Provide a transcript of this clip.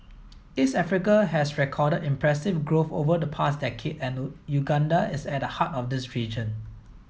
East Africa has recorded impressive growth over the past decade and Uganda is at the heart of this region